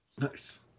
Nice